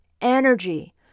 energy